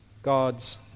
God's